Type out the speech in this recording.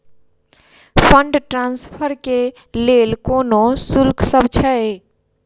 Fund transfer केँ लेल कोनो शुल्कसभ छै?